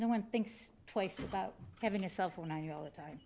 no one thinks twice about having a cell phone i hear all the time